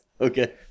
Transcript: okay